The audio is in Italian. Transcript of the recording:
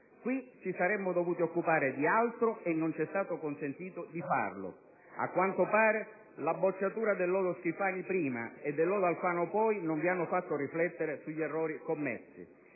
Qui ci saremmo dovuti occupare d'altro e non ci è stato consentito di farlo. A quanto pare, la bocciatura del lodo Schifani, prima, e del lodo Alfano, poi, non vi ha fatto riflettere sugli errori commessi.